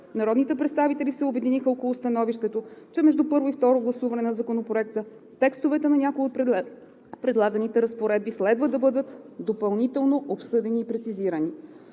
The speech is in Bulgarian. Народните представители се обединиха около становището, че между първо и второ гласуване на Законопроекта текстовете на някои от предлаганите разпоредби следва да бъдат допълнително обсъдени и прецизирани.